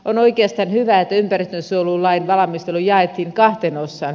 on oikeastaan hyvä että ympäristönsuojelulain valmistelu jaettiin kahteen osaan